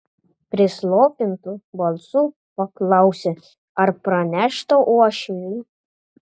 prislopintu balsu paklausė ar pranešta uošviui